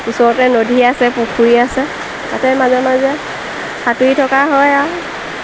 ওচৰতে নদী আছে পুখুৰী আছে তাতে মাজে মাজে সাঁতুৰি থকা হয় আৰু